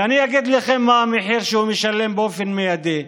ואני אגיד לכם מה המחיר שהוא משלם באופן מיידי,